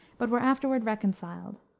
but were afterward reconciled.